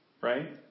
right